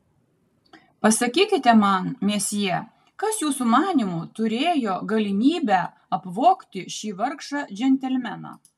pasakykite man mesjė kas jūsų manymu turėjo galimybę apvogti šį vargšą džentelmeną